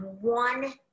one